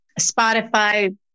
Spotify